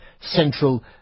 central